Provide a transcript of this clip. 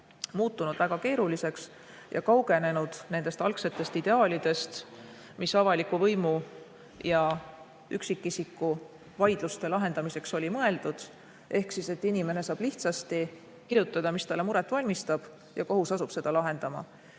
muutunud väga keeruliseks ja kaugenenud algsest ideaalist, mis avaliku võimu ja üksikisiku vaidluste lahendamiseks oli mõeldud. Ehk siis inimene saab lihtsasti kirjutada, mis talle muret valmistab, ja kohus asub seda lahendama.